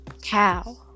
Cow